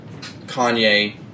Kanye